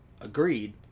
agreed